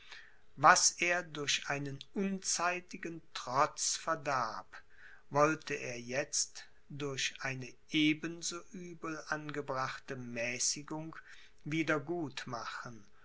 was er durch einen unzeitigen trotz verdarb wollte er jetzt durch eine eben so übel angebrachte mäßigung wieder gut